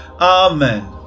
Amen